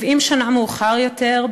70 שנה מאוחר יותר,